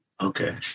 Okay